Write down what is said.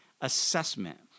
assessment